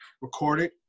recorded